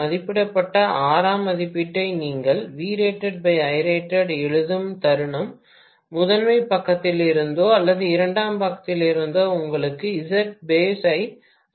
மதிப்பிடப்பட்ட ஆறாம் மதிப்பீட்டை நீங்கள் எழுதும் தருணம் முதன்மை பக்கத்திலிருந்தோ அல்லது இரண்டாம் பக்கத்திலிருந்தோ உங்களுக்கு Zbase ஐ அளிக்கிறது